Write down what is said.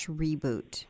reboot